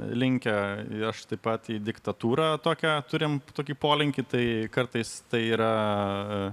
linkę piešti patį diktatūrą tokią turime tokį polinkį tai kartais tai yra